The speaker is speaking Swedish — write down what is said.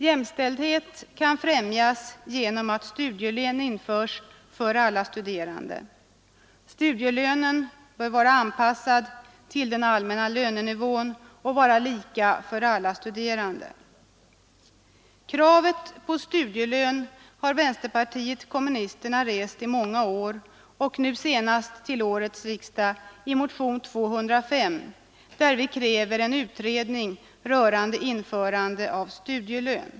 Jämställdheten kan främjas genom att studielön införs för alla studerande. Studielönen bör vara anpassad till den allmänna lönenivån och vara lika för alla studerande. Kravet på studielön har vänsterpartiet kommunisterna rest i många år och nu senast vid årets riksdag i motionen 205, där vi kräver en utredning om införande av studielön.